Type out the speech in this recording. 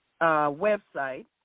website